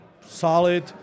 solid